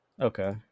Okay